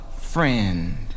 friend